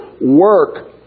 Work